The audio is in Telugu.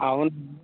అవును